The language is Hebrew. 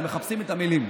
אז מחפשים את המילים.